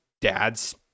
dads